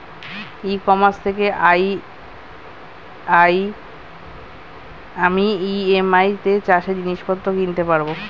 ই commerce থেকে আমি EMI তে চাষে জিনিসপত্র কিনতে পারব?